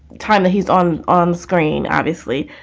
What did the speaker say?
time he's on on screen, obviously,